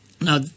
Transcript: Now